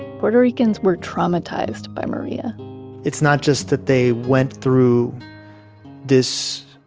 puerto ricans were traumatized by maria it's not just that they went through this